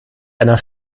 einer